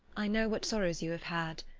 i know what sorrows you have had,